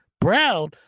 Brown